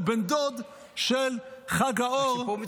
הוא בן דוד של חג האור -- היו"ר משה סולומון: הסיפור